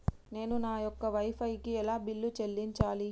నేను నా యొక్క వై ఫై కి ఎలా బిల్లు చెల్లించాలి?